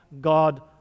God